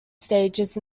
stages